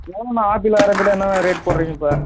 எவ்வளோணா apple ஆரஞ்செலாம் என்ன rate போடுறீங்க